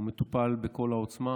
הוא מטופל בכל העוצמה